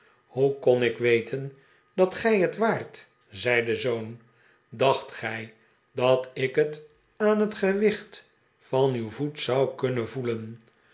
hoe kon ik weten dat gij het waart zei de zoon dacht gij dat ik het aan het gewicht van uw voet zou kunnen voelen